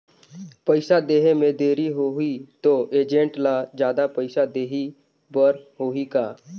पइसा देहे मे देरी होही तो एजेंट ला जादा पइसा देही बर होही का?